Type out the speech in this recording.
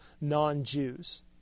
non-Jews